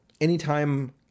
anytime